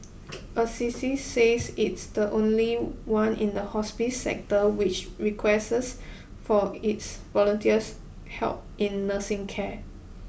Assisi says it's the only one in the hospice sector which requests for its volunteers help in nursing care